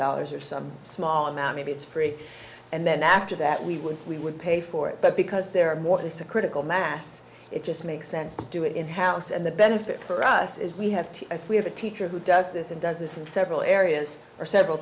dollars or some small amount maybe it's free and then after that we would we would pay for it but because there are more there's a critical mass it just makes sense to do it in house and the benefit for us is we have to if we have a teacher who does this and does this in several areas or several